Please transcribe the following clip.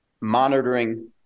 monitoring